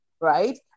right